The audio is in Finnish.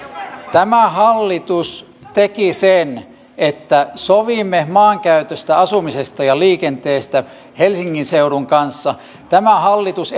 tämä hallitus teki sen että sovimme maankäytöstä asumisesta ja liikenteestä helsingin seudun kanssa tämä hallitus